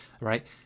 right